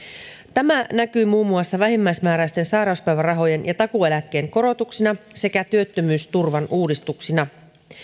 tämä näkyy muun muassa vähimmäismääräisten sairauspäivärahojen ja takuueläkkeen korotuksina sekä työttömyysturvan uudistuksina